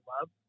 love